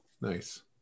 Nice